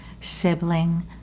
sibling